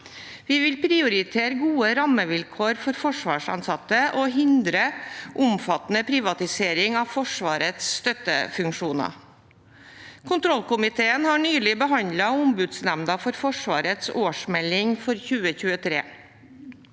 Vi vil prioritere gode rammevilkår for forsvarsansatte og hindre omfattende privatisering av Forsvarets støttefunksjoner. Kontrollkomiteen har nylig behandlet Ombudsnemnda for Forsvarets årsmelding for 2023.